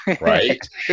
Right